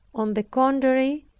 on the contrary,